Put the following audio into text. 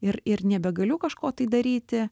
ir ir nebegaliu kažko tai daryti